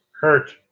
hurt